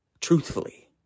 truthfully